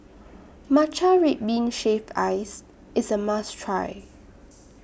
Matcha Red Bean Shaved Ice IS A must Try